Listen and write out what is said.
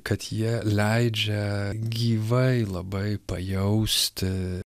kad jie leidžia gyvai labai pajausti